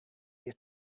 you